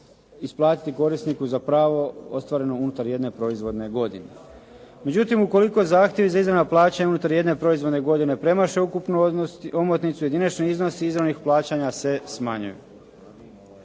isplatiti korisniku za pravo ostvareno unutar jedne proizvodne godine. Međutim, ukoliko zahtjevi za …/Govornik se ne razumije./… plaće unutar jedne proizvodne godine premaše ukupnu omotnicu, jedinični iznos izravnih plaćanja se smanjuje.